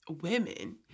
women